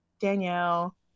Danielle